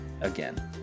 again